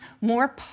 more